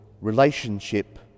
relationship